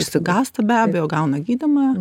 išsigąsta be abejo gauna gydymą